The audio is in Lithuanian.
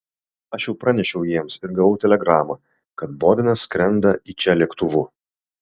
aš jau pranešiau jiems ir gavau telegramą kad bodenas skrenda į čia lėktuvu